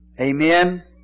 Amen